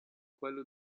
quello